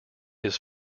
his